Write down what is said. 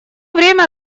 время